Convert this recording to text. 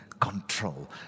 control